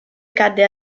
cadde